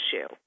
issue